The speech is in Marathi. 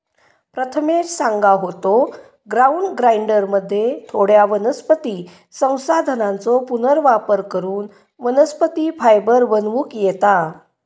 प्रथमेश सांगा होतो, ग्राउंड ग्राइंडरमध्ये थोड्या वनस्पती संसाधनांचो पुनर्वापर करून वनस्पती फायबर बनवूक येता